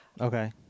Okay